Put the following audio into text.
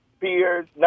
peers